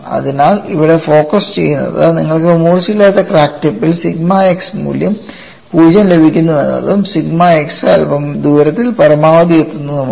അതിനാൽ ഇവിടെ ഫോക്കസ് ചെയ്യുന്നത് നിങ്ങൾക്ക് മൂർച്ചയില്ലാത്ത ക്രാക്ക് ടിപ്പിൽ സിഗ്മ x മൂല്യം 0 ലഭിക്കുന്നുവെന്നതും സിഗ്മ x അല്പം ദൂരത്തിൽ പരമാവധി എത്തുന്നതുമാണ്